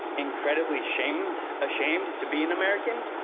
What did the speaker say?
incredibly shamed, ashamed to be an american,